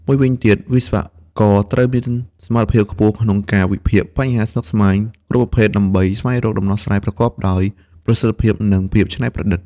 មួយវិញទៀតវិស្វករត្រូវមានសមត្ថភាពខ្ពស់ក្នុងការ វិភាគបញ្ហាស្មុគស្មាញ គ្រប់ប្រភេទ ដើម្បី ស្វែងរកដំណោះស្រាយប្រកបដោយប្រសិទ្ធភាព និងភាពច្នៃប្រឌិត។